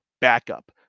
backup